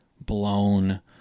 blown